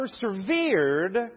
persevered